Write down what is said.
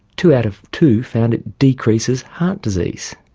two out of two found it decreases heart disease.